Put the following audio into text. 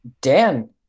Dan